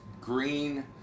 Green